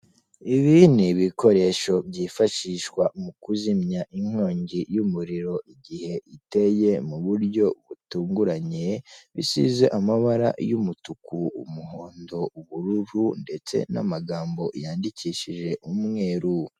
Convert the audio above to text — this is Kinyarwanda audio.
Ibi ni ibikoresho byifashishwa mu kuzimya inkongi y'umuriro igihe iteye mu buryo butunguranye, bisize amabara y'umutuku, umuhondo, ubururu ndetse n'amagambo yandikishije umweru.